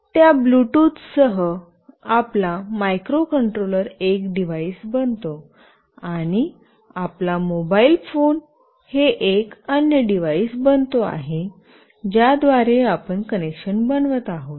त्या ब्लूटुथसह आपला मायक्रोकंट्रोलर एक डिव्हाइस बनतो आणि आपला मोबाइल फोन हे एक अन्य डिव्हाइस बनतो आहे ज्या द्वारे आपण कनेक्शन बनवत आहात